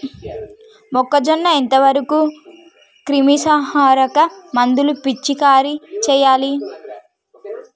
మొక్కజొన్న ఎంత వరకు క్రిమిసంహారక మందులు పిచికారీ చేయాలి?